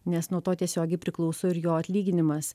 nes nuo to tiesiogiai priklauso ir jo atlyginimas